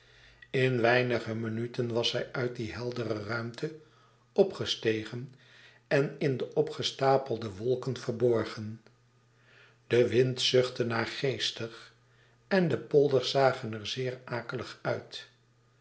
in weinige minuten was zij uit die heldere ruimte opgestegen en in de opgestapelde wolken verborgen de wind zuchtte naargeestig en de polders zagen er zeer akelig uit